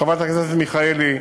חברת הכנסת מיכאלי,